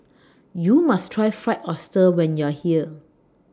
YOU must Try Fried Oyster when YOU Are here